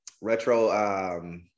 retro